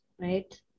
right